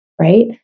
right